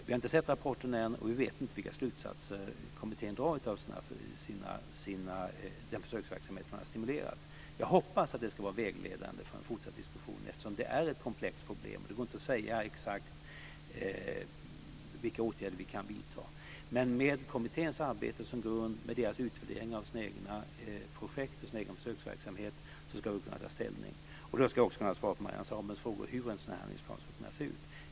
Vi har inte sett rapporten än, och vi vet inte vilka slutsatser kommittén drar av den försöksverksamhet man har stimulerat. Jag hoppas att den ska vara vägledande för en fortsatt diskussion, eftersom detta är ett komplext problem. Det går inte att säga exakt vilka åtgärder vi kan vidta. Men med kommitténs arbete som grund och med dess utvärdering av sina egna projekt och sin egen försöksverksamhet ska vi kunna ta ställning. Då ska jag också kunna svara på Marianne Samuelssons frågor om hur en sådan här handlingsplan skulle kunna se ut.